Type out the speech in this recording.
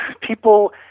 people